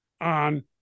on